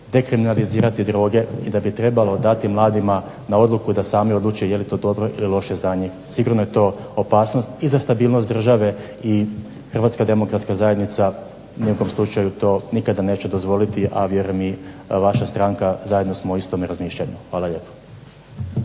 da bi trebalo dati mladima na odluku da sami odluče je li to dobro ili loše za njih. Sigurno je to opasnost i za stabilnost države i Hrvatska demokratska zajednica ni u kom slučaju to nikada neće dozvoliti, a vjerujem i vaša stranka, zajedno smo u istome razmišljanju. Hvala lijepo.